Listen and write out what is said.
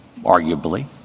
arguably